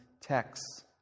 texts